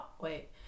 wait